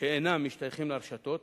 שאינם משתייכים לרשתות.